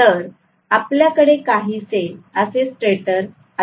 तर आपल्याकडे काहीसे असे स्टेटर असेल